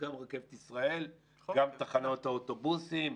גם תחנות האוטובוסים,